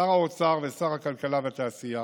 על שר האוצר ועל שר הכלכלה והתעשייה